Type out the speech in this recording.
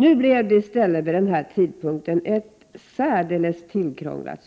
Nu blev det i stället vid den tidpunkten ett särdeles tillkrånglat